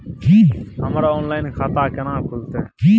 हमर ऑनलाइन खाता केना खुलते?